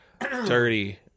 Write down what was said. Dirty